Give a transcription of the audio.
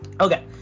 okay